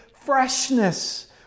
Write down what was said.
freshness